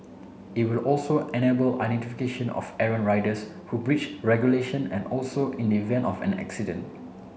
it will also enable identification of errant riders who breach regulation and also in the event of an accident